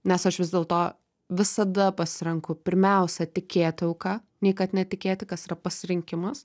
nes aš vis dėlto visada pasirenku pirmiausia tikėti auka nei kad netikėti kas yra pasirinkimas